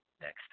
next